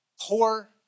Poor